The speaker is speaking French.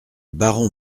baron